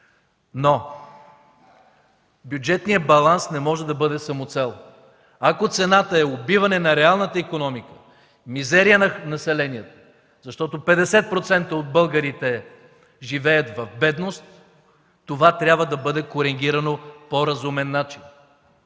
Но бюджетният баланс не може да бъде самоцел. Ако цената е убиване на реалната икономика, мизерия на населението – защото 50% от българите живеят в бедност, това трябва да бъде коригирано по разумен начин,